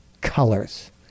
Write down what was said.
colors